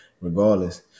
regardless